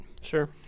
Sure